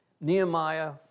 Nehemiah